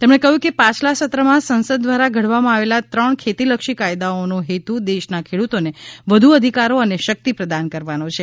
તેમણે કહ્યું કે પાછલા સત્રમાં સંસદ દ્વારા ઘડવામાં આવેલા ત્રણ ખેતીલક્ષી કાયદાઓનો હેતુ દેશના ખેડુતોને વધુ અધિકારો અને શક્તિ પ્રદાન કરવાનો છે